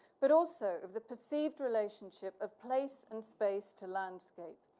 but also of the perceived relationship of place and space to landscape.